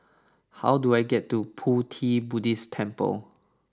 how do I get to Pu Ti Buddhist Temple